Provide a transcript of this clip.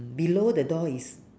below the door is